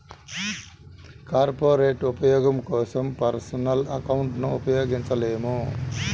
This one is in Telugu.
కార్పొరేట్ ఉపయోగం కోసం పర్సనల్ అకౌంట్లను ఉపయోగించలేము